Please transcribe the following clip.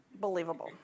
believable